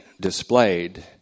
displayed